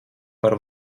par